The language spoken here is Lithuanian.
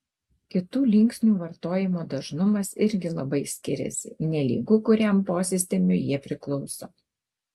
kitų linksnių vartojimo dažnumas irgi labai skiriasi nelygu kuriam posistemiui jie priklauso